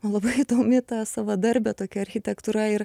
man labai įdomi ta savadarbė tokia architektūra ir